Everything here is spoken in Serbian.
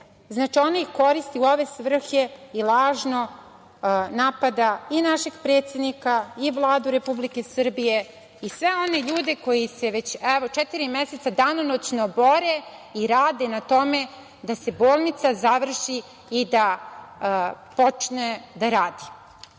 Znači, ona ih koristi u ove svrhe i lažno napada i našeg predsednika i Vladu Republike Srbije i sve one ljude koji se već, evo, četiri meseca danonoćno bore i rade na tome da se bolnica završi i da počne da radi. Tako